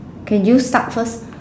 can you start first